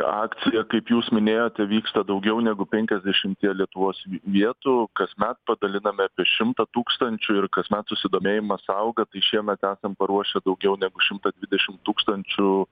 akcija kaip jūs minėjote vyksta daugiau negu penkiasdešimtyje lietuvos vi vietų kasmet padaliname apie šimtą tūkstančių ir kasmet susidomėjimas auga tai šiemet esam paruošę daugiau negu šimtą dvidešimt tūkstančių